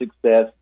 success